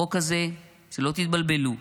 החוק הזה, שלא תתבלבלו,